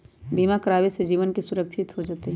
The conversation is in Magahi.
बीमा करावे से जीवन के सुरक्षित हो जतई?